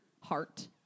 heart